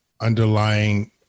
underlying